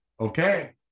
okay